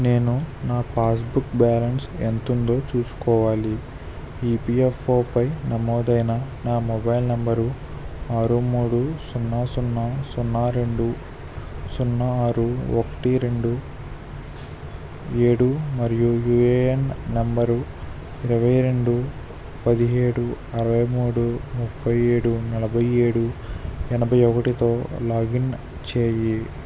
నేను నా passbook balance ఎంతుందో చూసుకోవాలి ఈపిఎఫ్ఓపై నమోదైన నా మొబైల్ నంబరు ఆరు మూడు సున్నా సున్నా సున్నా రెండు సున్నా ఆరు ఒకటి రెండు ఏడూ మరియు యూఏఎన్ నంబరు ఇరవై రెండు పదిహేడు అరవై మూడు ముప్పై ఏడూ నలభై ఏడూ ఎనభై ఒకటితో లాగిన్ చెయ్యి